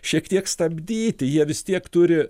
šiek tiek stabdyti jie vis tiek turi